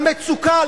על מצוקה,